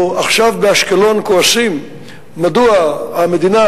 או עכשיו באשקלון כועסים מדוע המדינה,